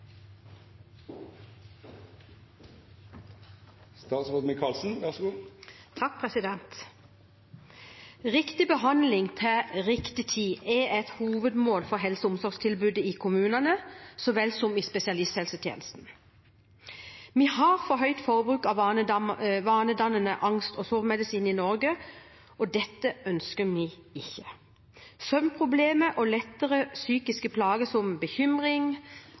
et hovedmål for helse- og omsorgstilbudet i kommunene, så vel som i spesialisthelsetjenesten. Vi har et for høyt forbruk av vanedannende angst- og sovemedisin i Norge, og dette ønsker vi ikke. Søvnproblemer og lettere psykiske plager som bekymring,